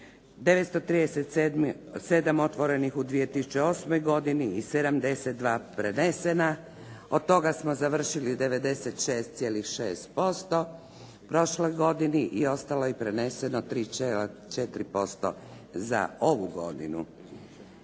937 otvorenih u 2008. godini i 72 prenesena. Od toga smo završili 96,6% u prošloj godini i ostalo je preneseno 3,4% za ovu godinu.